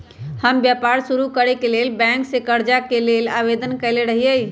हम व्यापार शुरू करेके लेल बैंक से करजा के लेल आवेदन कयले रहिये